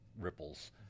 ripples